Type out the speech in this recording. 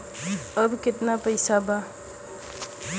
अब कितना पैसा बा?